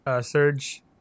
surge